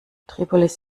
tripolis